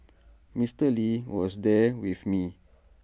Mister lee was there with me